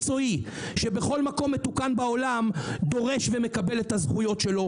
שבכל מקום מתוקן בעולם דורש ומקבל את הזכויות שלו,